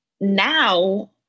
now